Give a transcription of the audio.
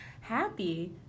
happy